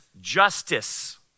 justice